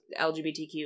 LGBTQ